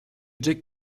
dig